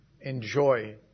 enjoy